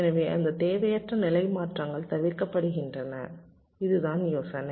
எனவே அந்த தேவையற்ற நிலை மாற்றங்கள் தவிர்க்கப்படுகின்றன இதுதான் யோசனை